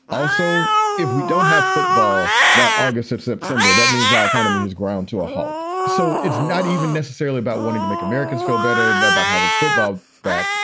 also, if we don't have football by august of september, that means our economy has ground to a halt. so it's not even necessarily about wanting to make americans feel better and about having football back.